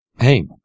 Hey